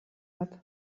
bat